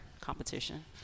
competition